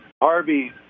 Harvey